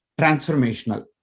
transformational